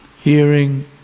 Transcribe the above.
hearing